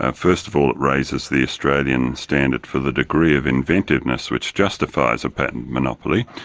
and first of all it raises the australian standard for the degree of inventiveness which justifies a patent monopoly.